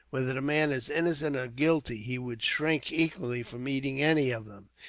whether the man is innocent or guilty, he would shrink equally from eating any of them.